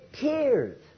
tears